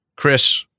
Chris